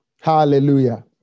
hallelujah